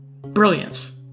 brilliance